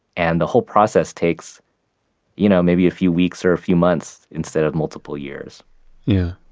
and the whole process takes you know maybe a few weeks or a few months instead of multiple years yeah.